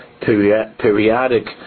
periodic